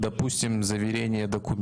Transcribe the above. הדבר הכי בסיסי זה למשל מסמכים.